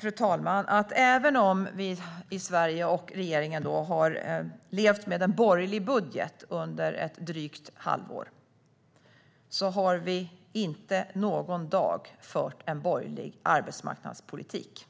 Fru talman! Även om Sverige och regeringen har levt med en borgerlig budget under ett drygt halvår har vi inte en dag fört en borgerlig arbetsmarknadspolitik.